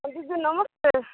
ହଁ ଦିଦି ନମସ୍କାର